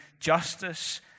justice